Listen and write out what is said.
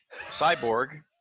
cyborg